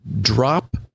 drop